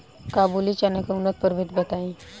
काबुली चना के उन्नत प्रभेद बताई?